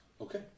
Okay